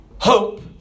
hope